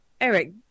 Eric